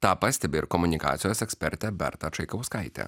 tą pastebi ir komunikacijos ekspertė berta čaikauskaitė